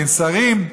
בין שרים.